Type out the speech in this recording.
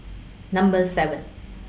Number seven